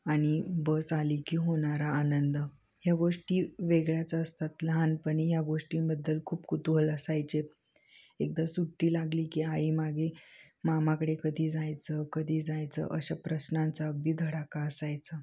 आणि बस आली की होणारा आनंद ह्या गोष्टी वेगळ्याच असतात लहानपणी ह्या गोष्टींबद्दल खूप कुतुहल असायचे एकदा सुट्टी लागली की आई मागे मामाकडे कधी जायचं कधी जायचं अशा प्रश्नांचा अगदी धडाका असायचां